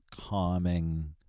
calming